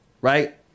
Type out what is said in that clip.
right